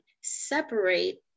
separate